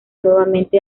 nuevamente